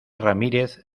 ramírez